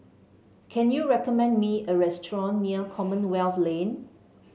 can you recommend me a restaurant near Commonwealth Lane